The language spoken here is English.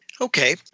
Okay